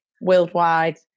worldwide